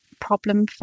problem